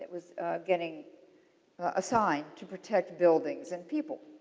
was getting assigned to protect buildings and people.